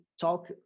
talk